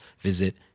visit